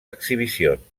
exhibicions